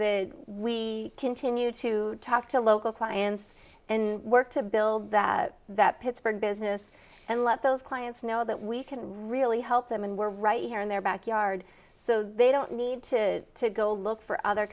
that we continue to talk to local clients and work to build that that pittsburgh business and let those clients know that we can really help them and we're right here in their backyard so they don't need to go look for other